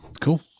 Cool